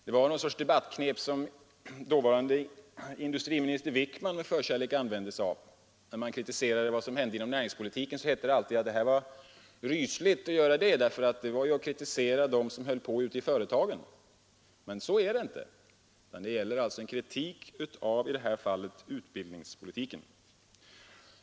Det var ett debattknep som dåvarande industriministern Wickman med förkärlek använde. När man kritiserade vad som hände inom näringspolitiken hette det alltid att det var rysligt att göra det, eftersom det var detsamma som att kritisera dem som var verksamma ute i företagen. Men så är det inte, utan det gäller i detta fall en kritik av utbildningspolitiken.